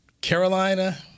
Carolina